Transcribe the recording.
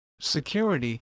security